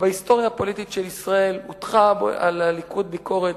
שבהיסטוריה הפוליטית של ישראל הוטחה על הליכוד ביקורת,